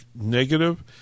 negative